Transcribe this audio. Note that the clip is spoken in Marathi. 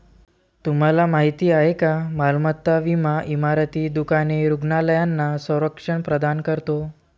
तुम्हाला माहिती आहे का मालमत्ता विमा इमारती, दुकाने, रुग्णालयांना संरक्षण प्रदान करतो